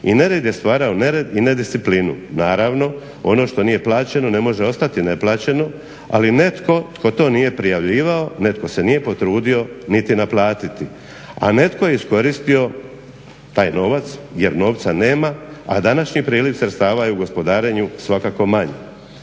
i ne rad je stvarao nered i nedisciplinu. Naravno ono što nije plaćeno ne može ostati ne plaćeno, ali netko tko to nije prijavljivao netko se nije potrudio niti naplatiti. A netko je iskoristio taj novac jer novca nema, a današnji priljev sredstava je u gospodarenju svakako manji.